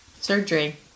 Surgery